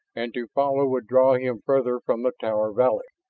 and to follow would draw him farther from the tower valley.